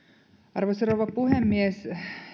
arvoisa rouva puhemies